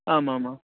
आमामाम्